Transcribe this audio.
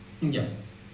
Yes